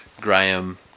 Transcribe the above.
Graham